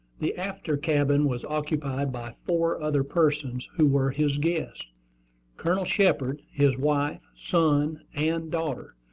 the after cabin was occupied by four other persons, who were his guests colonel shepard, his wife, son and daughter.